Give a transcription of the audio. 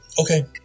Okay